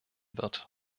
wird